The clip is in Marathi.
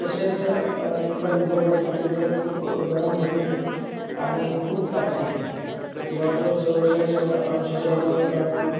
तसेच जर इकडं विदर्भात म्हटलं तर खूप गरम होते आणि खूप तापते जवळजवळ चव्वेचाळीस व अंशाच्या वर